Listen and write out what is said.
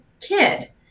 kid